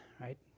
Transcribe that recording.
right